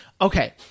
Okay